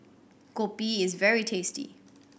kopi is very tasty